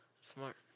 Smart